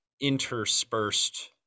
interspersed